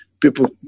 people